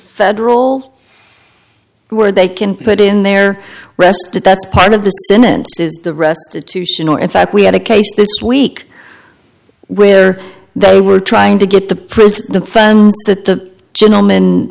federal were they can put in their west that that's part of the the restitution or in fact we had a case this week where they were trying to get the prison the funds that the gentleman